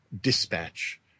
dispatch